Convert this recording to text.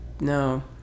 No